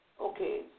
Okay